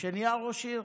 ונהיה ראש עיר.